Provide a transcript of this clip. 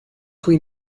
chwi